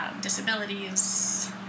disabilities